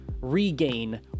regain